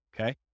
Okay